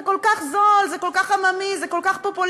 זה כל כך זול, זה כל כך עממי, זה כל כך פופוליסטי.